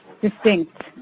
distinct